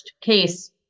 case